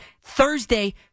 Thursday